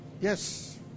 Yes